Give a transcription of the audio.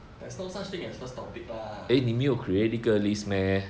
there's no such thing as first topic lah